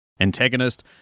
antagonist